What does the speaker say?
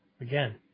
Again